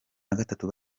nagatatu